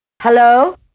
Hello